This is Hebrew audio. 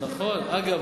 אגב,